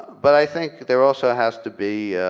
but i think there also has to be